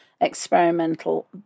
experimental